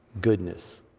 goodness